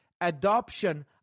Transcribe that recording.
adoption